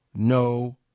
No